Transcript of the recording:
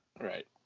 Right